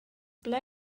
ble